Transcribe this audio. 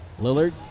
Lillard